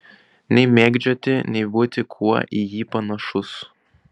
nei mėgdžioti nei būti kuo į jį panašus